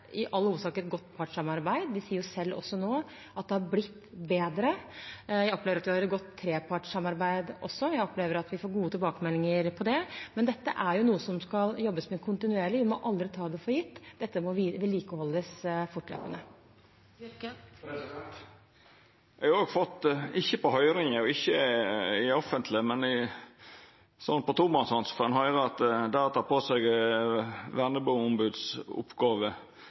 godt partssamarbeid. De sier også selv nå at det har blitt bedre. Jeg opplever også at vi har et godt trepartssamarbeid. Jeg opplever at vi får gode tilbakemeldinger på det. Men dette er noe som skal jobbes med kontinuerlig. Vi må aldri ta det for gitt. Dette må vedlikeholdes fortløpende. Eg har òg – ikkje på høyringa og ikkje offentleg, men på tomannshand – fått høyra at det å ta på seg